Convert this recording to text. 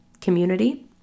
community